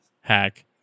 hack